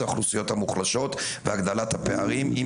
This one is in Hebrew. זה האוכלוסיות המוחלשות והגדלת הפערים אם